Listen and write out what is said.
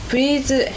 Please